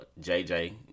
JJ